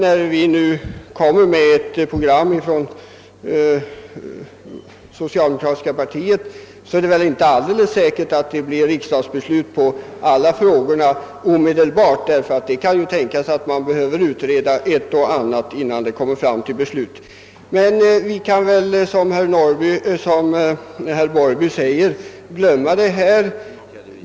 Trots att socialdemokraterna för sin del utformat ett sådant program är det väl inte alldeles säkert att det blir riksdagsbeslut omedelbart beträffande alla frågor som där tas upp; det kan tänkas att ett och annat först behöver utredas. Men vi kan väl, som herr Larsson i Borrby sade, glömma vad som varit.